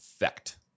effect